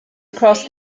across